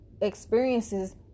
Experiences